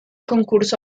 concurso